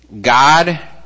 God